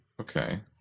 Okay